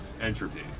entropy